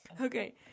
Okay